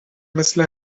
مثل